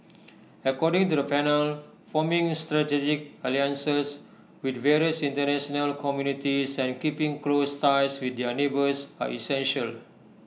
according to the panel forming strategic alliances with various International communities and keeping close ties with their neighbours are essential